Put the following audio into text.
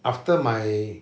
after my